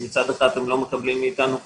מצד אחד, הם לא מקבלים מאיתנו כסף.